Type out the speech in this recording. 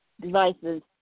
devices